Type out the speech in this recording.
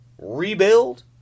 rebuild